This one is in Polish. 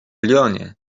lyonie